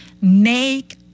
make